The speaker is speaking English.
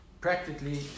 practically